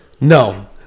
No